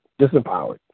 disempowered